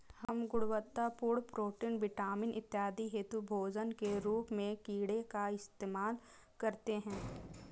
हम गुणवत्तापूर्ण protein, vitamin इत्यादि हेतु भोजन के रूप में कीड़े का इस्तेमाल करते हैं